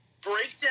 Breakdown